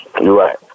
Right